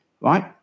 right